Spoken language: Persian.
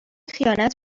خیانت